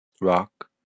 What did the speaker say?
rock